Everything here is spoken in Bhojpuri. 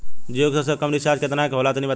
जीओ के सबसे कम रिचार्ज केतना के होला तनि बताई?